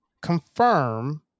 confirm